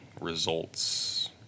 results